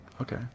okay